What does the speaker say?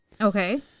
Okay